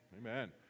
Amen